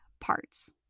parts